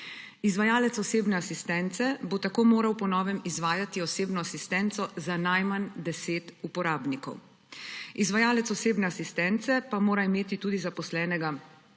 Izvajalec osebne asistence bo tako moral po novem izvajati osebno asistenco za najmanj 10 uporabnikov. Izvajalec osebne asistence pa mora imeti tudi zaposlenega strokovnega